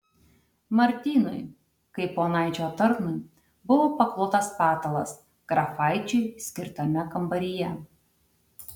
martynui kaip ponaičio tarnui buvo paklotas patalas grafaičiui skirtame kambaryje